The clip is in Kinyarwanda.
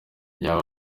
iyaba